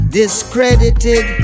discredited